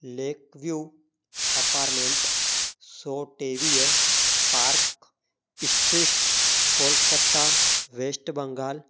lake view apartment सो टेवीह park street Kolkata West Bengal